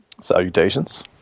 Salutations